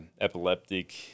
epileptic